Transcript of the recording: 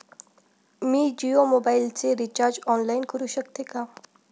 मी जियो मोबाइलचे recharge online करू शकते का?